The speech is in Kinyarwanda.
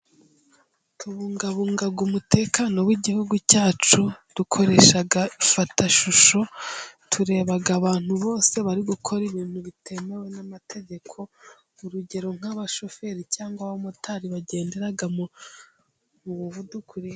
Tubungabunga umutekano w'igihugu cyacu dukoresha ifatashusho, tureba abantu bose bari gukora ibintu bitemewe n'amategeko urugero nk'abashoferi cyangwa abamotari bagendera mu muvuduko.